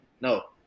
no